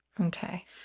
Okay